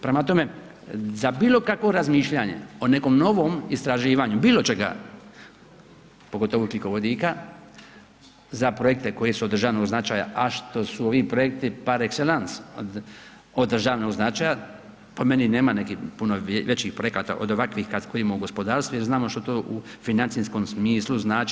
Prema tome, za bilo kakvo razmišljanje o nekom novom istraživanju bilo čega pogotovo ugljikovodika za projekte koji su od državnog značaja, a što su ovi projekti par exelance od državnog značaja po meni nema nekih puno većih projekata od ovakvih koje imamo u gospodarstvu jer znamo što to u financijskom smislu znači.